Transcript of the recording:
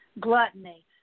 gluttony